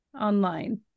online